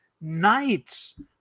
knights